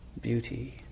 beauty